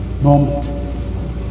moment